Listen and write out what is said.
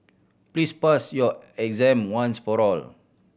please pass your exam once for all